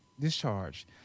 discharge